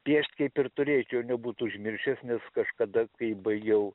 piešt kaip ir turėčiau nebūt užmiršęs nes kažkada kai baigiau